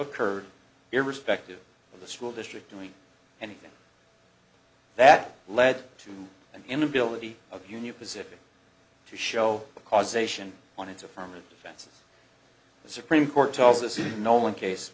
occurred irrespective of the school district doing anything that led to an inability of union pacific to show a causation on its affirmative defenses the supreme court tells us to nolan case